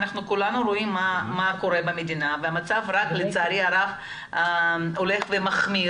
כולנו רואים מה קורה במדינה והמצב לצערי הרב רק הולך ומחמיר,